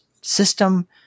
system